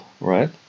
right